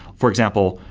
for example,